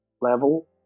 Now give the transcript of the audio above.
level